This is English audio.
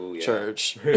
Church